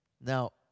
Now